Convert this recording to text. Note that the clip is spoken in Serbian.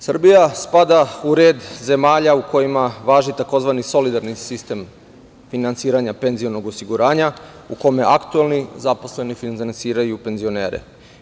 Srbija spada u red zemalja u kojima važi tzv. solidarni sistem finansiranja penzionog osiguranja u kome aktuelni zaposleni finansiraju penzionere.